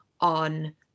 on